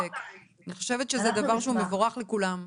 אני חושבת שזה דבר שהוא מבורך לכולם.